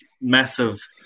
massive